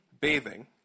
bathing